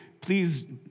please